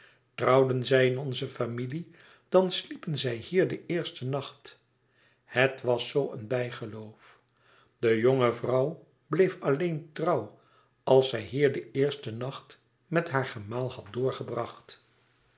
zij in onze familie dan sliepen zij hier den eersten nacht het was zoo een bijgeloof de jonge vrouw bleef alleen trouw als zij hier den eersten nacht met haar gemaal had doorgebracht